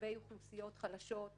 לגבי אוכלוסיות חלשות,